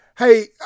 Hey